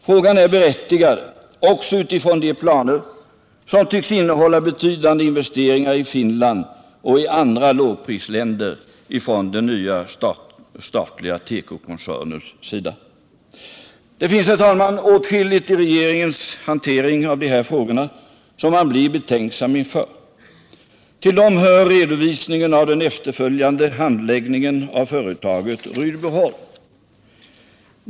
Frågan är berättigad också utifrån de planer från den nya statliga tekokoncernens sida som tycks innehålla betydande investeringar i Finland och i andra lågprisländer. Det finns, herr talman, åtskilligt i regeringens hantering av de här frågorna som man blir betänksam inför. Till de sakerna hör redovisningen av den efterföljande handläggningen av företaget Rydboholm.